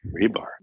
rebar